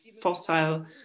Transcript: fossil